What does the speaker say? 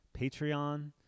Patreon